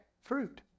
fruit